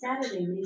Saturday